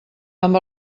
amb